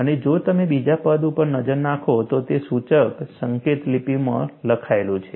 અને જો તમે બીજા પદ ઉપર નજર નાખો તો તે સૂચક સંકેતલિપીમાં લખાયેલું છે